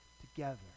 together